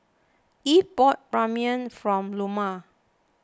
Eve bought Ramyeon from Loma